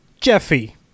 Jeffy